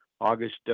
August